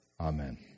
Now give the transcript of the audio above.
amen